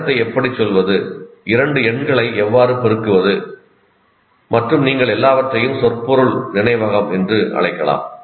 நேரத்தை எப்படிச் சொல்வது இரண்டு எண்களை எவ்வாறு பெருக்குவது மற்றும் நீங்கள் எல்லாவற்றையும் சொற்பொருள் நினைவகம் என்று அழைக்கலாம்